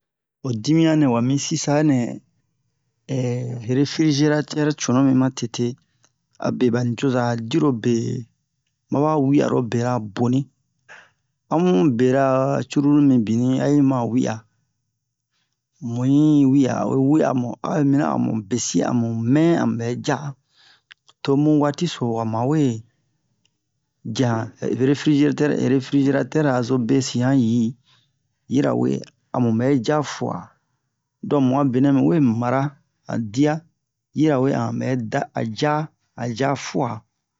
Ho dimiyan nɛ wami sisanɛ refrizeratɛr cunu mi ma tete abe ba nicoza dirobe ma ba wi'aro bera boni amu berara cruru mibini a yi ma wi'a mu yi mi'a oyi wi'a mu a'o yi mina amu besi amu mɛn a mu bɛ ja tomu waati so wa mawe jɛ han refrizerate refrizeratɛr ra azo besi han yi yirawe a mu bɛ ja fu'a don mu'a benɛ mu we mara han dia yirawe a han bɛ da a ja a ja fua